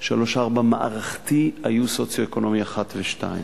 3 4 מערכתי היו סוציו-אקונומית 1 ו-2.